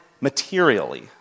materially